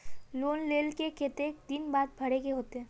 Loan लेल के केते दिन बाद भरे के होते?